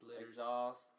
exhaust